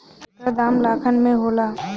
एकर दाम लाखन में होला